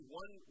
one